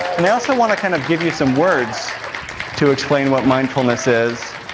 and i also want to kind of give you some words to explain what mindfulness is.